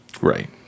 right